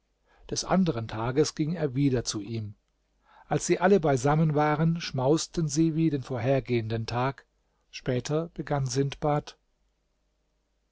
des anderen tages ging er wieder zu ihm als sie alle beisammen waren schmausten sie wie den vorhergehenden tag später begann sindbad